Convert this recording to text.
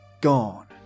gone